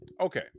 Okay